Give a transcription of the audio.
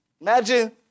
Imagine